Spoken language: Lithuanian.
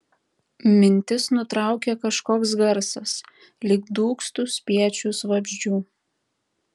mintis nutraukė kažkoks garsas lyg dūgztų spiečius vabzdžių